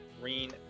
Green